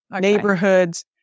neighborhoods